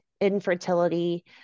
infertility